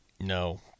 No